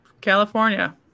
California